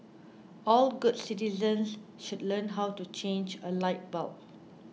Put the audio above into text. all good citizens should learn how to change a light bulb